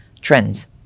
trends